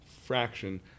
fraction